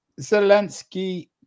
Zelensky